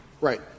Right